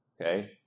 Okay